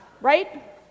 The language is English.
Right